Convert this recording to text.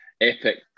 epic